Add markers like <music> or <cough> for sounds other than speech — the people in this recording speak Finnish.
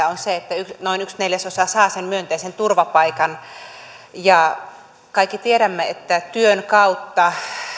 <unintelligible> on se että noin yksi neljäsosa saa saa sen myönteisen turvapaikan me kaikki tiedämme että työn kautta